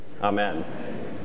Amen